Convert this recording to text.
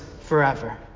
forever